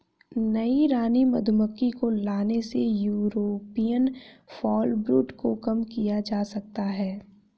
नई रानी मधुमक्खी को लाने से यूरोपियन फॉलब्रूड को कम किया जा सकता है